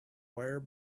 wear